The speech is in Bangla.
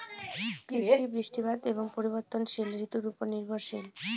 কৃষি বৃষ্টিপাত এবং পরিবর্তনশীল ঋতুর উপর নির্ভরশীল